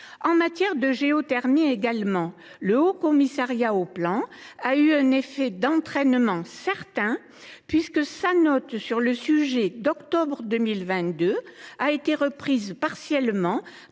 En matière de géothermie également, le Haut Commissariat au plan et à la prospective a eu un effet d’entraînement certain, puisque sa note sur le sujet d’octobre 2022 a été partiellement